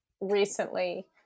recently